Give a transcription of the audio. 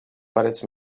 parets